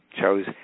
chose